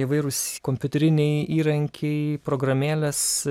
įvairūs kompiuteriniai įrankiai programėlės